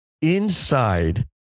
inside